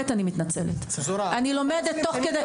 אני לומדת תוך כדי.